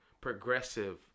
progressive